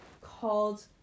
called